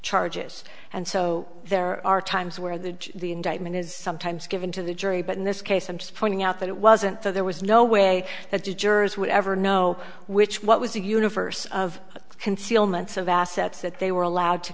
charges and so there are times where the the indictment is sometimes given to the jury but in this case i'm just pointing out that it wasn't that there was no way that the jurors would ever know which what was a universe of concealments of assets that they were allowed to